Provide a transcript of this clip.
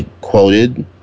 quoted